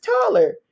taller